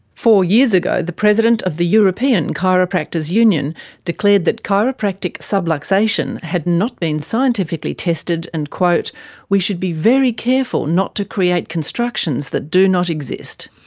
four years ago the president of the european chiropractors union declared that chiropractic subluxation had not been scientifically tested and we should be very careful not to create constructions that do not exist.